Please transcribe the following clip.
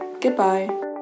goodbye